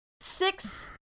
six